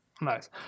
Nice